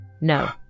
No